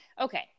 okay